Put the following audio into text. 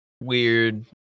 weird